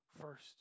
first